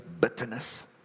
bitterness